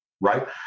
right